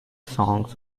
songs